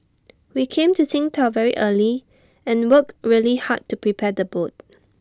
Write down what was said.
we came to Qingdao very early and worked really hard to prepare the boat